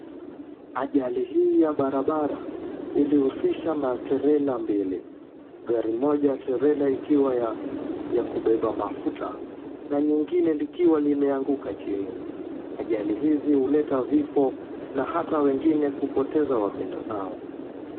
Ajali hii ya barabara ilihusisha matrela mbili, gari moja trela ikiwa ya kubeba mafuta na nyingine likiwa limeanguka chini. Ajali hizi huleta vifo na hata wengine kupoteza wapendanao.